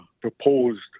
proposed